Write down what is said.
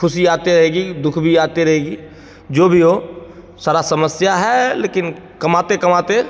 खुशी आते रहेगी दुःख भी आते रहेगी जो भी हो सारा समस्या है लेकिन कमाते कमाते